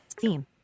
Theme